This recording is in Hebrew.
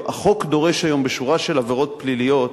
החוק דורש היום, בשורה של עבירות פליליות,